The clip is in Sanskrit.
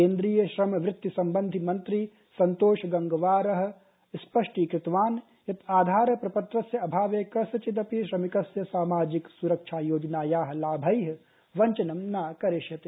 केन्द्रीय श्रम वृत्तिसम्बन्धि मंत्री संतोष गंगवारःस्पष्टीकृतवान्यत् आधार प्रपत्रस्यअभावेकस्यचिदपिश्रमिकस्य सामाजिक स्रक्षा योजनायाःलाभैःवञ्चनं न करिष्यते